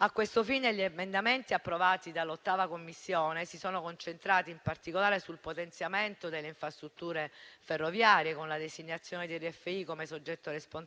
A questo fine, gli emendamenti approvati dall'8a Commissione si sono concentrati in particolare sul potenziamento delle infrastrutture ferroviarie, con la designazione di RFI come soggetto responsabile.